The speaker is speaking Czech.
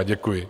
Děkuji.